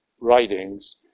writings